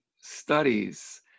studies